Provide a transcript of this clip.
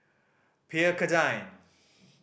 Pierre Cardin